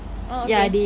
oh okay